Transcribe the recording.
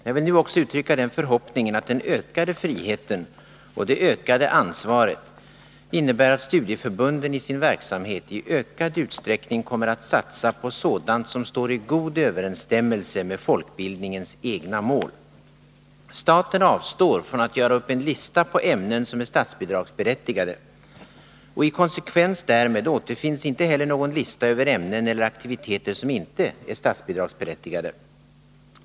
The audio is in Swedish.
Jag vill nu också uttrycka den förhoppningen att den ökade friheten och det ökade ansvaret innebär att studieförbunden i sin verksamhet i ökad utsträckning kommer att satsa på sådant som står i god överensstämmelse med folkbildningens egna mål. Staten avstår från att göra upp en lista på ämnen som är statsbidragsberättigade, och i konsekvens därmed återfinns inte heller någon lista över ämnen eller aktiviteter som inte är statsbidragsberättigade.